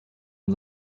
man